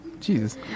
jesus